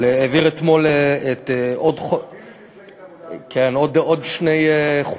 העביר אתמול עוד חוק, לא, אני לא דואג.